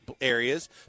areas